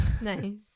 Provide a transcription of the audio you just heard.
nice